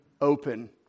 open